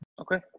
Okay